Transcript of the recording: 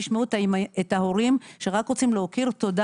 תשמעו את ההורים שרוצים להכיר תודה